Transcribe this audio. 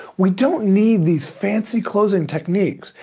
we don't need these fancy closing techniques.